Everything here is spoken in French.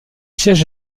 siège